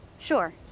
Sure